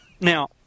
Now